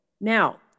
now